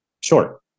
Sure